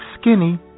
skinny